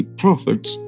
prophets